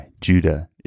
Judah